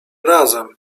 razem